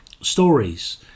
stories